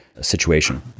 situation